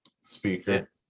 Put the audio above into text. speaker